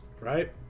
right